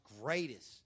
greatest